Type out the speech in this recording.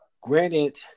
Granted